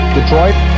Detroit